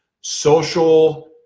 social